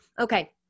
okay